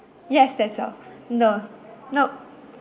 yes that's all no nope